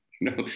No